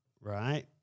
right